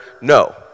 No